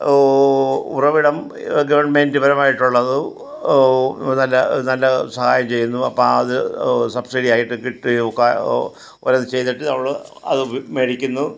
ഉറവിടം ഗവൺമെൻറ്റ് പരമായിട്ട് ഉള്ളതോ നല്ല നല്ല സഹായം ചെയ്യുന്നു അപ്പോൾ ആ അത് സബ്സിഡി ആയിട്ട് കിട്ടുകയും ഓരോന്ന് ചെയ്തിട്ട് നമ്മൾ അത് മേടിക്കുന്നു